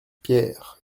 pierre